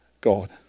God